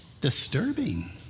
disturbing